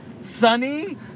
Sunny